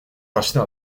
racheter